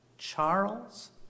Charles